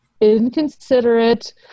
inconsiderate